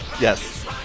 Yes